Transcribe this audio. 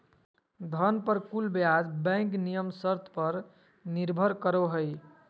धन पर कुल ब्याज बैंक नियम शर्त पर निर्भर करो हइ